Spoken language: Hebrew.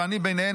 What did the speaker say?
ואני ביניהן,